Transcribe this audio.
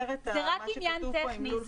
זה רק עניין טכני.